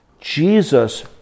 Jesus